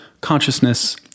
consciousness